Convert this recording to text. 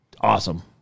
awesome